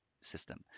system